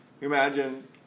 Imagine